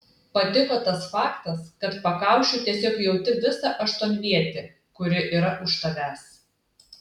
patiko tas faktas kad pakaušiu tiesiog jauti visą aštuonvietę kuri yra už tavęs